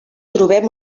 trobem